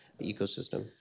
ecosystem